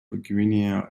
guinea